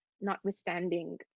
notwithstanding